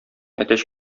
әтәч